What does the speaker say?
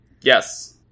Yes